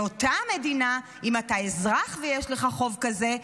באותה מדינה אם אתה אזרח ויש לך חוב כזה,